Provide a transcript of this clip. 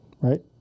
Right